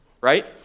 right